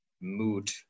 mood